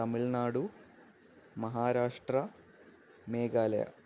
Tamil Nadu Maharashtra Meghalaya